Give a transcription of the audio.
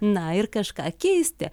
na ir kažką keisti